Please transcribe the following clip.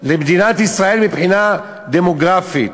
למדינת ישראל מבחינה דמוגרפית.